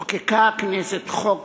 חוקקה הכנסת חוק